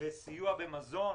סיוע במזון,